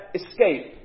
escape